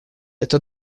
это